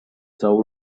soul